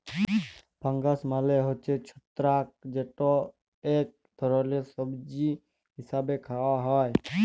fungus মালে হছে ছত্রাক যেট ইক ধরলের সবজি হিসাবে খাউয়া হ্যয়